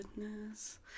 goodness